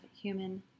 human